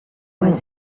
was